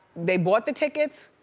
they bought the tickets,